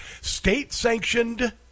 state-sanctioned